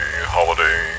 holiday